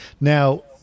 Now